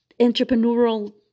entrepreneurial